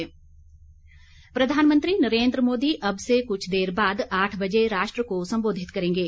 सम्बोधन प्रधानमंत्री नरेन्द्र मोदी अब से कुछ देर बाद आठ बजे राष्ट्र को संबोधित करेंगे